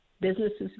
businesses